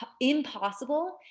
impossible